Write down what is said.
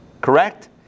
Correct